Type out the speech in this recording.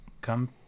come